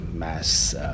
Mass